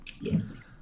Yes